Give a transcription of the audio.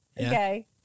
Okay